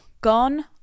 gone